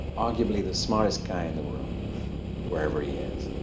arguably the smartest guy in the room wherever he is,